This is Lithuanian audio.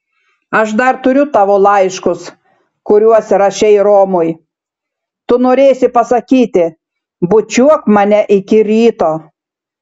aš dar turiu tavo laiškus kuriuos rašei romui tu norėsi pasakyti bučiuok mane iki ryto